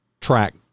Track